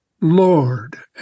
Lord